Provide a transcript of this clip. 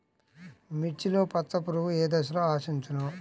మిర్చిలో పచ్చ పురుగు ఏ దశలో ఆశించును?